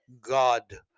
God